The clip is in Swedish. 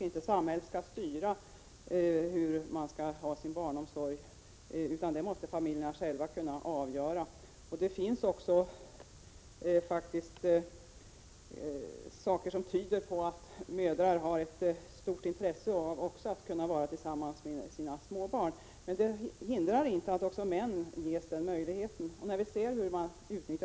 1986/87:122 man skall ordna sin barnomsorg. Det måste familjerna själva kunna avgöra. — 13 maj 1987 Det finns saker som tyder på att mödrar har ett stort intresse av att vara tillsammans med sina små barn. Det skall inte hindra att också män ges den möjligheten.